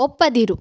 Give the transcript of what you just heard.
ಒಪ್ಪದಿರು